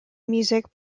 musician